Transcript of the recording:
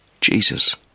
Jesus